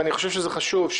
וזה חשוב,